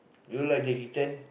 do you like Jackie-Chan